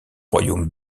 royaume